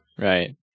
Right